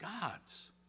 God's